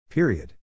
Period